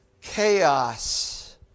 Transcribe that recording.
chaos